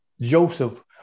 Joseph